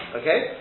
Okay